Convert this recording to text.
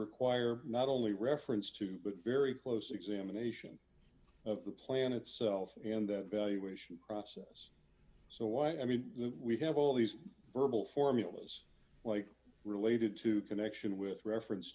require not only reference to but very close examination of the plan itself and valuation process so i mean we have all these rebel formulas like related to connection with reference